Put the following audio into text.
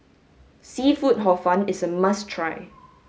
seafood hor fun is a must try